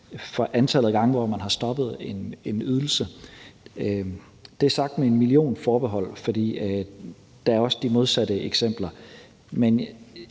det antal gange, man har stoppet en ydelse. Det er sagt med en million forbehold, for der er også de modsatte eksempler.